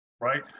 right